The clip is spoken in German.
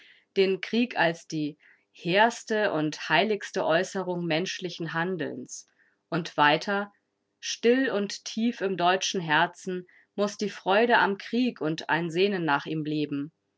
den krieg als die hehrste und heiligste äußerung menschlichen handelns und weiter still und tief im deutschen herzen muß die freude am krieg und ein sehnen nach ihm leben